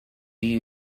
you